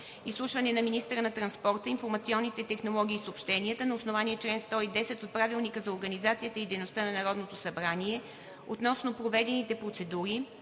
Изслушване на министъра на транспорта, информационните технологии и съобщенията на основание чл. 110 от Правилника за организацията и дейността на Народното събрание относно проведените процедури,